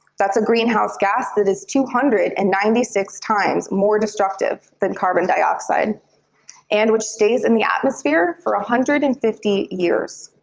that's a greenhouse gas that is two hundred and ninety six times more destructive than carbon dioxide and which stays in the atmosphere for one hundred and fifty years.